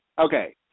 Okay